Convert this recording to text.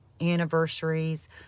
anniversaries